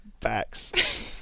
facts